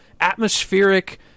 atmospheric